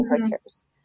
temperatures